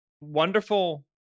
wonderful